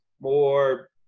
more